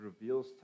reveals